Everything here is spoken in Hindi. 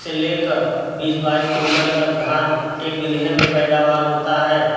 से लेकर बीस बाइस क्विन्टल तक धान एक बीघे में पैदावार होता है